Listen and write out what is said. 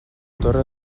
torre